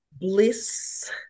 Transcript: bliss